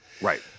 Right